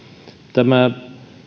tämä